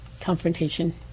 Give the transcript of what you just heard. confrontation